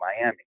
Miami